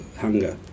hunger